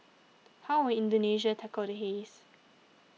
how will Indonesia tackle the haze